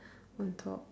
on top